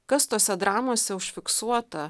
kas tose dramose užfiksuota